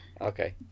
Okay